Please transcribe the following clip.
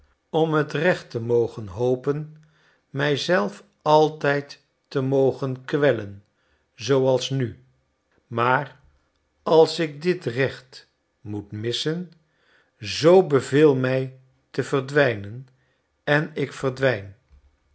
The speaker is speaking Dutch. om het recht te mogen hopen mij zelf altijd te mogen kwellen zooals nu maar als ik dit recht moet missen zoo beveel mij te verdwijnen en ik verdwijn